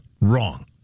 wrong